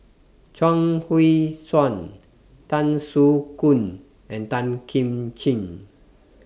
Chuang Hui Tsuan Tan Soo Khoon and Tan Kim Ching